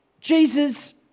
Jesus